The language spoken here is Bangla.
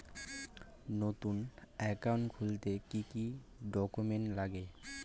নতুন একাউন্ট খুলতে কি কি ডকুমেন্ট লাগে?